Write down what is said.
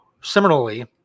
similarly